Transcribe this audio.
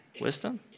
wisdom